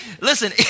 listen